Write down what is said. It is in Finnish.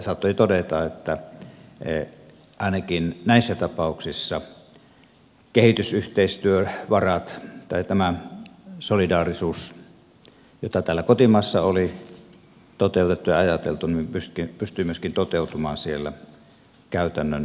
saattoi todeta että ainakin näissä tapauksissa kehitysyhteistyövarat tai tämä solidaarisuus jota täällä kotimaassa oli toteutettu ja ajateltu pystyi myöskin toteutumaan siellä käytännön toiminnassa